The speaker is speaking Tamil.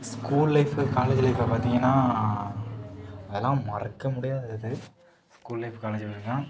ஸ்கூல் லைஃபு காலேஜு லைஃப்பில் பார்த்தீங்கன்னா அதெலாம் மறக்க முடியாத இது ஸ்கூல் லைஃப் காலேஜ் லைஃப்லாம்